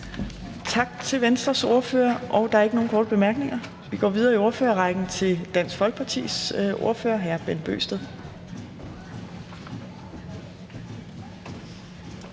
Tak til Venstres ordfører. Der er ikke nogen korte bemærkninger. Vi går videre i ordførerrækken til Dansk Folkepartis ordfører, hr. Bent Bøgsted.